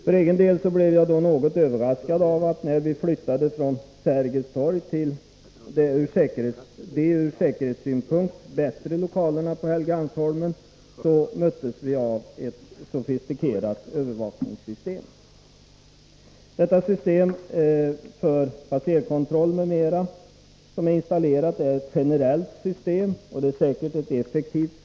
För egen del blev jag något överraskad av att vi när vi flyttade från Sergels torg till de ur säkerhetssynpunkt bättre lokalerna på Helgeandsholmen möttes av ett sofistikerat övervakningssystem. Det system för passerkontroll m.m. som installerats är ett generellt system, och det är säkert effektivt.